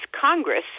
Congress